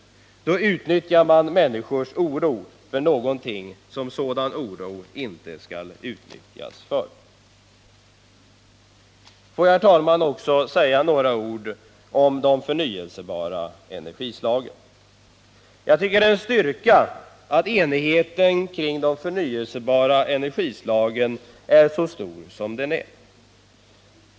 Då utnyttjar man människors oro för någonting som sådan oro inte får utnyttjas för. Låt mig, herr talman, också säga några ord om de förnyelsebara energislagen. Jag tycker att det är en styrka att enigheten kring de förnyelsebara energislagen är så stor som den är.